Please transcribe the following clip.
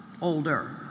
older